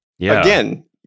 again